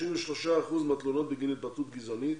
33 אחוזים מהתלונות בגין התבטאות גזענית,